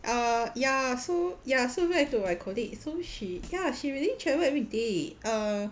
err ya so ya so we have to like colleague so she ya she really travel every day err